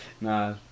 Nah